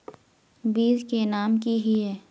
बीज के नाम की हिये?